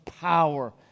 power